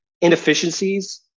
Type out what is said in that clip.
inefficiencies